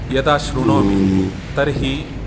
यदा श्रुणोमि तर्हि